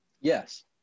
Yes